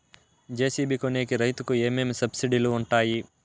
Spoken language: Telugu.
జె.సి.బి కొనేకి రైతుకు ఏమేమి సబ్సిడి లు వుంటాయి?